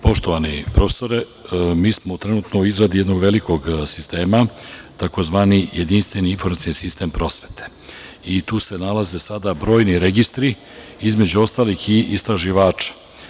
Poštovani profesore, mi smo trenutno u izradi jednog velikog sistema, tzv. jedinstveni informacioni sistem prosvete i tu se nalaze sada brojni registri, između ostalih i istraživača.